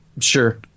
Sure